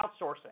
outsourcing